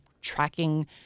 tracking